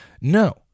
No